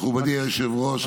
להוציא משהו,